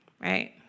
right